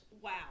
Wow